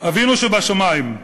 "אבינו שבשמים,